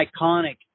iconic